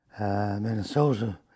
Minnesota